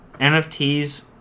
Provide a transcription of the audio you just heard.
NFTs